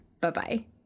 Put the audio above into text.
Bye-bye